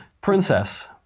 Princess